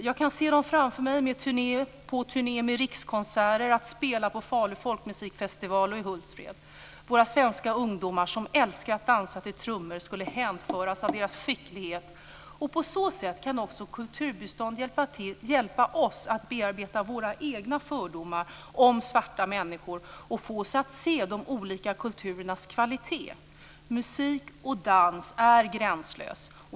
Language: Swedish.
Jag kan se dem framför mig på turné med Rikskonserter spela på Falu folkmusikfestival och i Hultsfred. Våra svenska ungdomar som älskar att dansa till trummor skulle hänföras av deras skicklighet. På så sätt kan också kulturbistånd hjälpa oss att bearbeta våra egna fördomar om svarta människor och få oss att se de olika kulturernas olika kvalitet. Musik och dans är gränslösa.